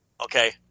Okay